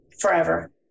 forever